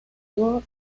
you